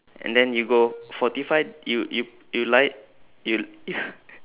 and then you go forty five you you you line you